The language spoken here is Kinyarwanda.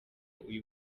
uyu